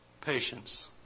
patience